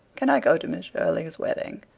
can i go to miss shirley's wedding?